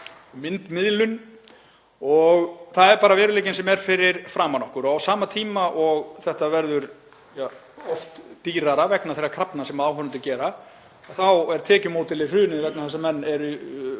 myndmiðlun. Það er bara veruleikinn sem er fyrir framan okkur. Á sama tíma og þetta verður oft dýrara vegna þeirra krafna sem áhorfendur gera þá er tekjumódelið hrunið vegna þess að menn eru